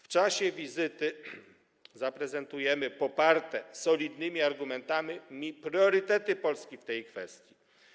W czasie wizyty zaprezentujemy poparte solidnymi argumentami priorytety Polski w tej kwestii.